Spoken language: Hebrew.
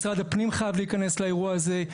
משרד הפנים חייב להיכנס לאירוע הזה,